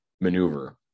maneuver